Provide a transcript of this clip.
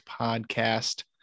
podcast